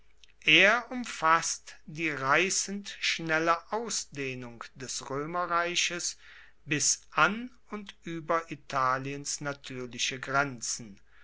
er umfasst die reissend schnelle ausdehnung des roemerreiches bis an und ueber italiens natuerliche grenzen